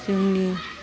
जोंनि